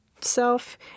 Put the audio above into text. self